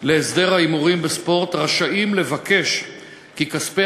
להסדר ההימורים בספורט רשאים לבקש כי כספי